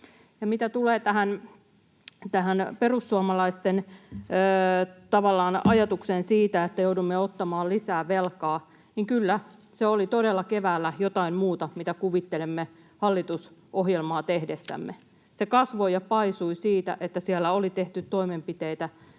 Mitä tulee perussuomalaisten ajatukseen siitä, että joudumme ottamaan lisää velkaa, niin kyllä, se oli todella keväällä jotain muuta, mitä kuvittelimme hallitusohjelmaa tehdessämme. Se kasvoi ja paisui siitä, että siellä oli tehty toimenpiteitä,